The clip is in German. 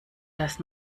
das